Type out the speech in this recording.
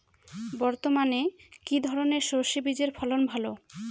বর্তমানে কি ধরনের সরষে বীজের ফলন ভালো?